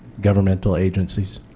governmental agencies?